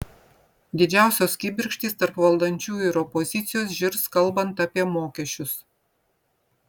didžiausios kibirkštys tarp valdančiųjų ir opozicijos žirs kalbant apie mokesčius